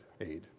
Aid